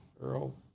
Earl